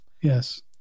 Yes